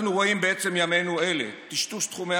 אנחנו רואים בעצם ימינו אלה טשטוש תחומי